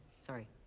sorry